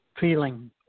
feeling